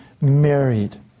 married